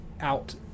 out